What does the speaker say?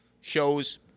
shows